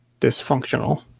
Dysfunctional